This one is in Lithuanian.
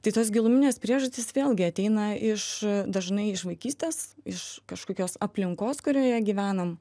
tai tos giluminės priežastys vėlgi ateina iš dažnai iš vaikystės iš kažkokios aplinkos kurioje gyvenam